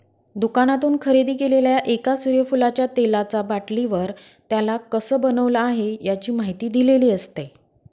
दुकानातून खरेदी केलेल्या एका सूर्यफुलाच्या तेलाचा बाटलीवर, त्याला कसं बनवलं आहे, याची माहिती दिलेली असते